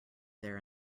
there